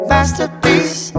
Masterpiece